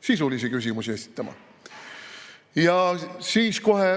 sisulisi küsimusi esitama. Ja siis kohe